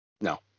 No